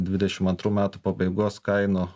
dvidešim antrų metų pabaigos kainų